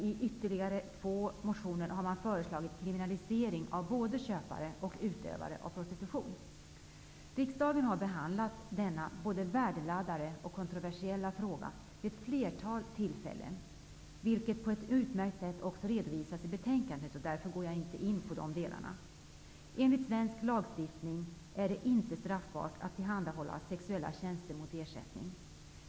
I ytterligare två motioner har man föreslagit kriminalisering av både köpare och utövare av prostitution. Riksdagen har behandlat denna både värdeladdade och kontroversiella fråga vid ett flertal tillfällen, vilket på ett utmärkt sätt redovisas i betänkandet. Jag går därför inte in på dessa delar. Enligt svensk lagstiftning är det inte straffbart att tillhandahålla sexuella tjänster mot ersättning.